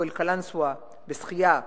"הפועל קלנסואה" בשחייה.